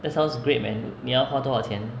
that sounds great man 你要花多少钱